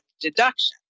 deduction